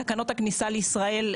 תקנות הכניסה לישראל,